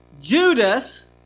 Judas